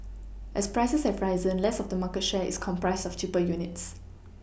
as prices have risen less of the market share is comprised of cheaper units